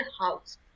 house